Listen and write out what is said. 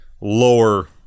lower